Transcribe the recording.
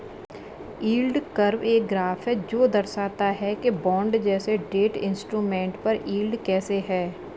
yield curve एक graph है जो दर्शाता है कि बॉन्ड जैसे डेट इंस्ट्रूमेंट पर यील्ड कैसे है